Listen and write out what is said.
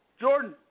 Jordan